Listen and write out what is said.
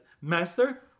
Master